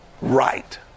right